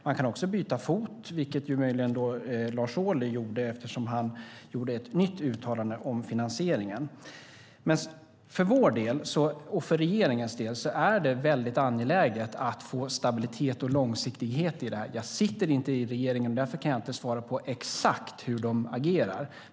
Man kan också byta fot, vilket möjligen Lars Ohly gjorde, eftersom han gjorde ett nytt uttalande om finansieringen. För vår del och för regeringens del är det väldigt angeläget att få stabilitet och långsiktighet i det här. Jag sitter inte i regeringen, därför kan jag inte svara på exakt hur de agerar.